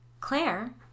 Claire